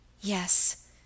Yes